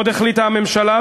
עוד החליטה הממשלה,